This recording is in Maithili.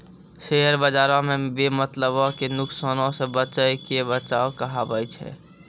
शेयर बजारो मे बेमतलबो के नुकसानो से बचैये के बचाव कहाबै छै